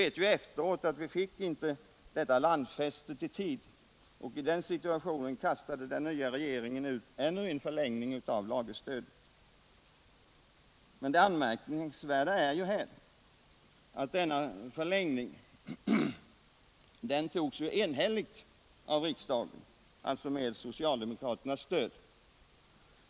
Nu, efteråt, vet viatt vi inte fick detta landfäste i tid, och i den situationen kastade den nya regeringen ut ännu en förlängning av lagerstödet. Det anmärkningsvärda är att beslutet om denna förlängning togs enhälligt av riksdagen — således med socialdemokraternas stöd.